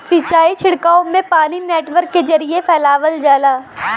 सिंचाई छिड़काव में पानी नेटवर्क के जरिये फैलावल जाला